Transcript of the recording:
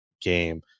game